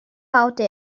baute